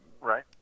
Right